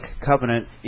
covenant